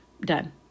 done